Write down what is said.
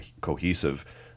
cohesive